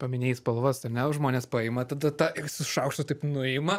paminėjai spalvas ar ne o žmonės paima tada tą ir su šaukštu taip nuima